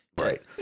Right